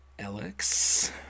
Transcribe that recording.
Alex